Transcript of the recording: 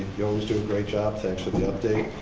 you always do a great job. thanks for the update.